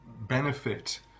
benefit